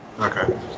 Okay